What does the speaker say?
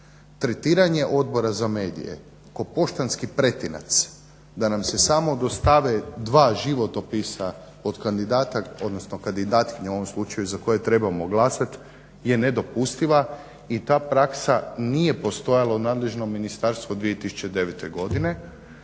Tretiranje Odbora za medije kao poštanski pretinac da nam se samo dostave dva životopisa od kandodatkinja u ovom slučaju, za koje trebamo glasati je nedopustiva i ta praksa nije postojala u nadležnom ministarstvu 2009.godine